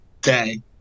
day